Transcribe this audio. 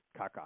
caca